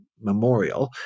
memorial